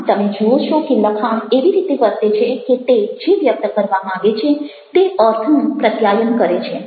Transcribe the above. આમ તમે જુઓ છો કે લખાણ એવી રીતે વર્તે છે કે તે જે વ્યક્ત કરવા માંગે છે તે અર્થનું પ્રત્યાયન કરે છે